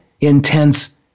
intense